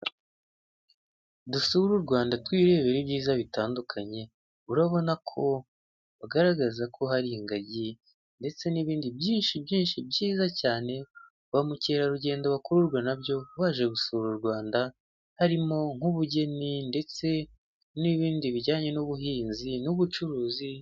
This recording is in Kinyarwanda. Dusure u Rwanda twirebere ibyiza bitandukanye urabona ko bagaragaza ko hari ingagi ndetse n'ibindi byinshi byinshi byiza cyane ba mukerarugendo bakururwa nabyo baje gusura u Rwanda harimo nk'ubugeni ndetse n'ibindi bijyane n'ubuhinzi n'ubucuruzi.